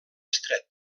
estret